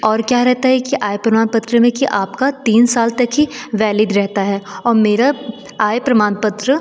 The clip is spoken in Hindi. और क्या रहता है कि आय प्रमाण पत्र में कि आपका तीन साल तक ही वैलिड रहता है और मेरा आय प्रमाणपत्र